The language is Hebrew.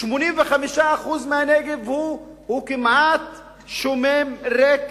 85% מהנגב הוא כמעט שומם, ריק,